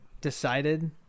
decided